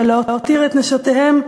ולהותיר את נשותיהם,